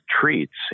treats